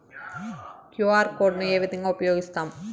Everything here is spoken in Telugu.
క్యు.ఆర్ కోడ్ ను ఏ విధంగా ఉపయగిస్తాము?